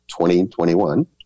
2021